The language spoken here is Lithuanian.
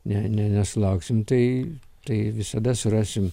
ne ne nesulauksim tai tai visada surasim